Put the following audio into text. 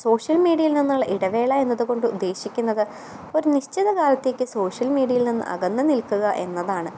social മീഡ്യേൽ നിന്നുള്ള ഇടവേള എന്നതുകൊണ്ട് ഉദ്ദേശിക്കുന്നത് ഒരു നിശ്ചിത കാലത്തേക്ക് സോഷ്യൽ മീഡ്യേൽ നിന്ന് അകന്ന് നിൽക്കുക എന്നതാണ്